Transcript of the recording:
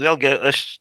vėlgi aš